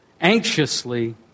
anxiously